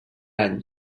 any